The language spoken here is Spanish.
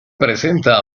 presenta